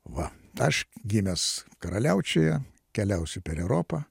va aš gimęs karaliaučiuje keliausiu per europą